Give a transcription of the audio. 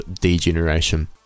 degeneration